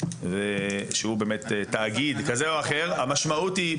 שהוא באמת תאגיד כזה או אחר, המשמעות היא